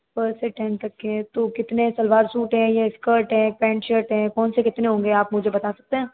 first से ten तक के हैं तो कितने सलवार सूट हैं या स्कर्ट हैं पेन्ट शर्ट है कौन से कितने होंगे आप मुझे बता सकते हैं